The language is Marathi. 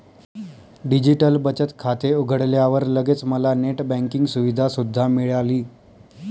डिजिटल बचत खाते उघडल्यावर लगेच मला नेट बँकिंग सुविधा सुद्धा मिळाली